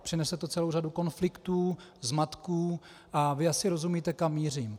Přinese to celou řadu konfliktů, zmatků, a asi rozumíte, kam mířím.